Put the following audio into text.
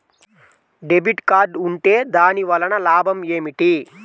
Debit card ఉంటే దాని వలన లాభం ఏమిటీ?